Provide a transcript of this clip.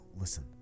Listen